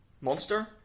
Monster